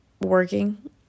working